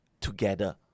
together